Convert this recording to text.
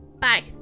Bye